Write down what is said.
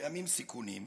שקיימים סיכונים,